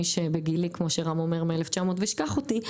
מי שבגילי כמו שרם אומר מ- 1900 ושכח אותי,